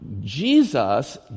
Jesus